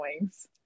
wings